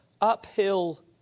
uphill